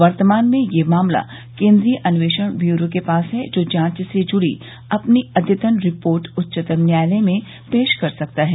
वर्तमान में ये मामला केन्द्रीय अन्वेषण ब्यूरो के पास है जो जांच से जुड़ी अपनी अद्यतन रेरिपोर्ट उच्चतम न्यायालय में पेश कर सकता है